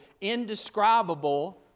indescribable